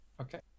Okay